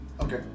Okay